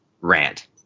rant